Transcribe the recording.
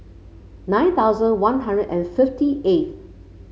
nine thousand One Hundred and fifty eighth